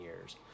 years